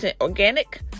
organic